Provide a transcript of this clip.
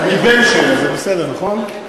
אני בן-של, זה בסדר, נכון?